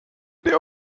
der